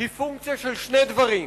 היא פונקציה של שני דברים: